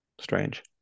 Strange